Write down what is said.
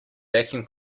vacuum